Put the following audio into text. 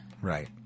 Right